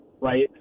right